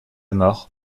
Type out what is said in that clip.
mort